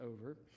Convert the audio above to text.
over